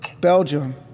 Belgium